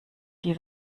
die